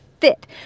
fit